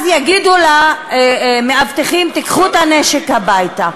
אז יגידו למאבטחים: תיקחו את הנשק הביתה.